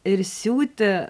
ir siūti